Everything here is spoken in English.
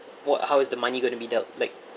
wha~ how is the money going to be dealt like